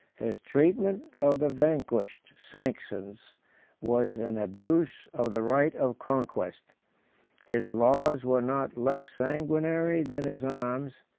his treatment of the vanquished saxons was an abuse of the right of conquest his laws were not less sanguinary than his arms,